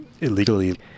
illegally